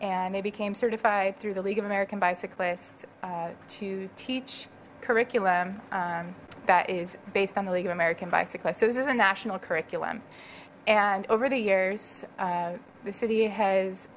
and they became certified through the league of american bicyclists to teach curriculum that is based on the league of american bicyclists oh this is a national curriculum and over the years the city has